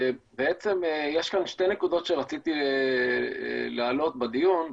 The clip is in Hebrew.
יש כאן שתי נקודות שרציתי להעלות בדיון.